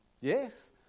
Yes